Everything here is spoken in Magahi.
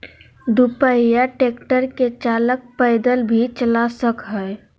दू पहिया ट्रेक्टर के चालक पैदल भी चला सक हई